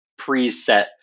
preset